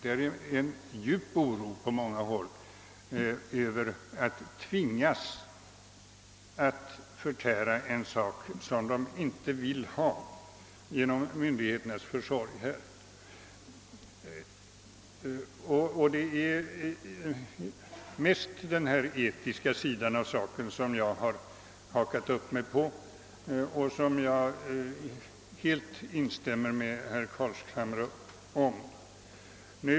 På många håll hyser man en djup oro över att man genom myndigheternas försorg skall tvingas att förtära något som man inte vill ha. Det är mest denna etiska sida av saken som jag fäst mig vid, och jag instämmer helt i vad herr Carlshamre sade om det.